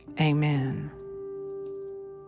amen